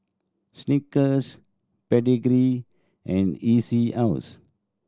Snickers Pedigree and E C House